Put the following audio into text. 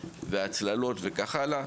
ההצללות וכך הלאה.